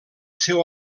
seu